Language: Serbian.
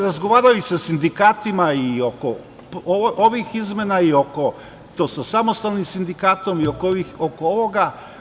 Razgovarao sam i sa sindikatima i oko ovih izmena, i to sa samostalnim sindikatom, i oko ovoga.